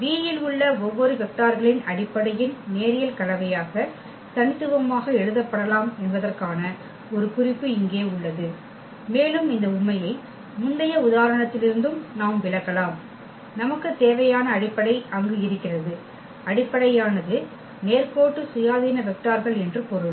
V ல் உள்ள ஒவ்வொரு வெக்டார்களின் அடிப்படையின் நேரியல் கலவையாக தனித்துவமாக எழுதப்படலாம் என்பதற்கான ஒரு குறிப்பு இங்கே உள்ளது மேலும் இந்த உண்மையை முந்தைய உதாரணத்திலிருந்தும் நாம் விளக்கலாம் நமக்கு தேவையான அடிப்படை அங்கு இருக்கிறது அடிப்படையானது நேர்கோட்டு சுயாதீன வெக்டார்கள் என்று பொருள்